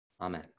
amen